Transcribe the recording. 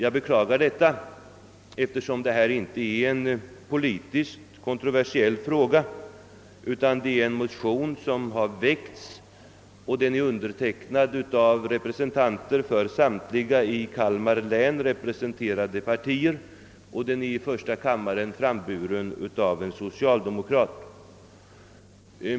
Jag beklagar det, eftersom detta är inte är en politisk kontroversiell fråga. En motion har väckts, och den är undertecknad av representanter för samtliga i Kalmar län representerade partier. Motionen har i första kammaren framburits av en socialdemokrat.